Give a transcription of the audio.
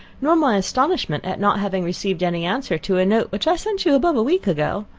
nor my astonishment at not having received any answer to a note which i sent you above a week ago.